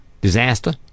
disaster